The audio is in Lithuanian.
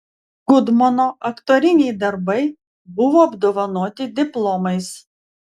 gudmono aktoriniai darbai buvo apdovanoti diplomais